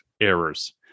errors